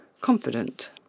confident